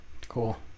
cool